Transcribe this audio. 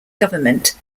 government